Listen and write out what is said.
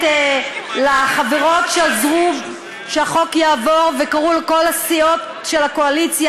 לחברות שעזרו שהחוק יעבור וקראו לכל סיעות הקואליציה,